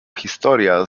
historia